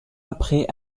après